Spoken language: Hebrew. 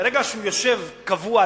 ברגע שהוא יושב קבוע,